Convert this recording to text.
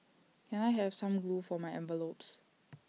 can I have some glue for my envelopes